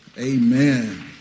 Amen